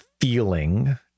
feeling